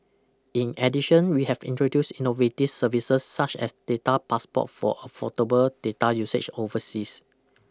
in addition we have introduced innovative services such as data passport for affordable data usage overseas